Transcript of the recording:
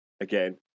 again